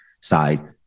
side